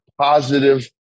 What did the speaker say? positive